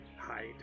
hide